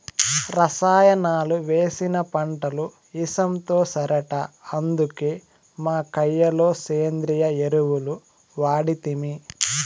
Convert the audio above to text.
రసాయనాలు వేసిన పంటలు ఇసంతో సరట అందుకే మా కయ్య లో సేంద్రియ ఎరువులు వాడితిమి